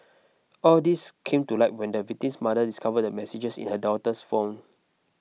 all these came to light when the victim's mother discovered the messages in her daughter's phone